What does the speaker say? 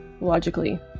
logically